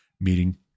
meeting